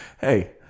Hey